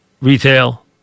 Retail